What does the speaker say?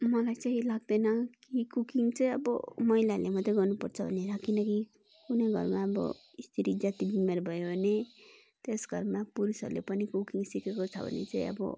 मलाई चाहिँ लाग्दैन कि कुकिङ चाहिँ अब महिलाहरूले मात्रै गर्नुपर्छ भनेर किनकि कुनै घरमा अब स्त्री जाति बिमार भयो भने त्यस घरमा पुरुषहरूले पनि कुकिङ सिकेको छ भने चाहिँ अब